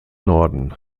norden